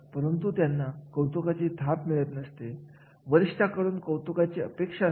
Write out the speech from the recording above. म्हणून जेव्हा आपण एखाद्या कार्याचे मूल्यमापन करत असतो जेव्हा आपण एखाद्या कार्यासाठी प्रशिक्षक असतो